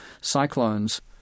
cyclones